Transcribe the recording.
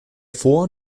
vor